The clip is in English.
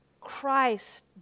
Christ